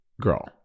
Girl